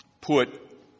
put